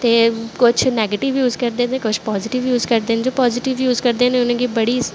ते कुछ negative use करदे ते कुछ पाजिटिव यूज करदे न जो जेह्ड़े पाजटिव यूज करदे न उ'नेंगी बड़ी